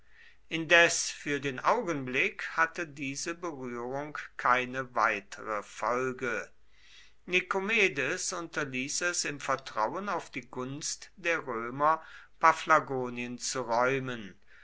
indes für den augenblick hatte diese berührung keine weitere folge nikomedes unterließ es im vertrauen auf die gunst der römer paphlagonien zu räumen